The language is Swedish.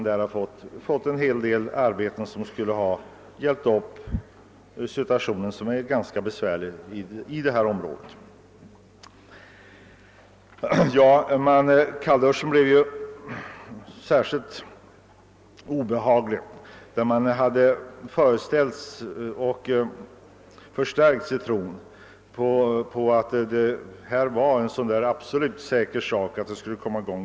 Detta hade hjälpt upp den i detta område besvärliga situationen. Kallduschen blev så mycket mer obehaglig som man hade förstärkts i tron att gruvdriften verkligen skulle komma i gång.